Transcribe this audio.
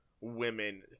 women